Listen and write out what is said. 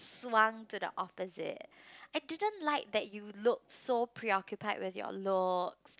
swung to the opposite I didn't like that you look so preoccupied with your look